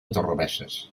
torrebesses